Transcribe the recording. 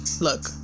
look